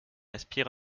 aspire